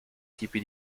tipi